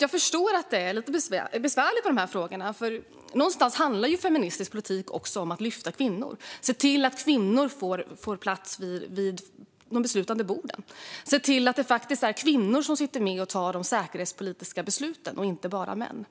Jag förstår att det är lite besvärligt med de här frågorna. Någonstans handlar ju feministisk politik också om att lyfta kvinnor, att se till att kvinnor får plats vid de beslutande borden, att se till att kvinnor sitter med och tar de säkerhetspolitiska besluten och inte bara män.